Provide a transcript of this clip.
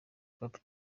cape